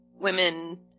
women